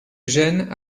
gênes